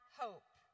hope